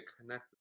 connect